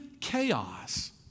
chaos